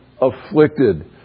afflicted